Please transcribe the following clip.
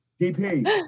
DP